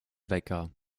wecker